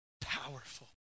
powerful